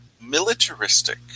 militaristic